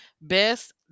Best